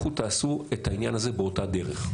לכו תעשו את העניין הזה באותה דרך.